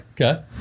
Okay